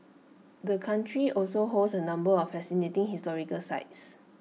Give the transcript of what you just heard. the country also holds A number of fascinating historical sites